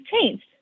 changed